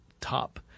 top